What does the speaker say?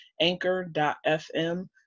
anchor.fm